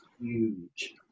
huge